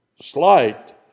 slight